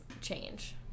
change